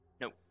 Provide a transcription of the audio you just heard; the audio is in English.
Nope